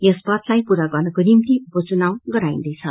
यस पदलाइ पूरा गर्नको निम्ति उपचुनाव गराइन्दैछ